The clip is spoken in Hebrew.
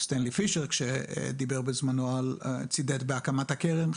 סטנלי פישר כשדיבר בזמנו וצידד בהקמת הקרן,